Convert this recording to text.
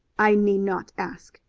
i need not ask,